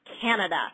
Canada